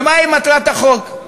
ומהי מטרת החוק?